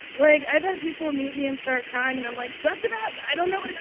like, i've had people meet me and start crying. and i'm like, suck it up. i don't know.